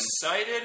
Excited